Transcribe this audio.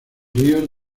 ríos